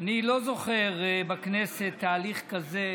אני לא זוכר בכנסת תהליך כזה